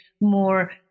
more